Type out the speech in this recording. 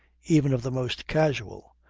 even of the most casual,